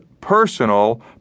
personal